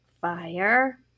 Fire